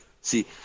See